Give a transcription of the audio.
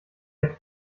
der